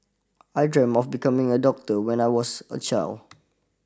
I dream of becoming a doctor when I was a child